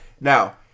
Now